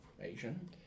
Asian